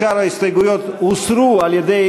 שאר ההסתייגויות הוסרו על-ידי